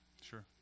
Sure